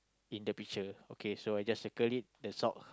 in the picture okay so I just circle it the sock